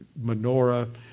menorah